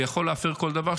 ויכול להפר כל דבר,